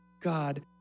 God